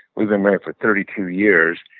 we've been married for thirty two years.